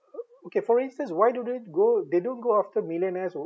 o~ o~ okay for instance why don't they go they don't go after millionaires who